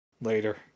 Later